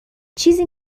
چیزی